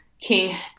King